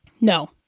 No